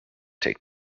take